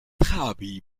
trabi